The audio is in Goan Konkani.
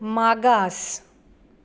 मागास